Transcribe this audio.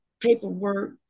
paperwork